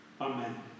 Amen